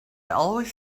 always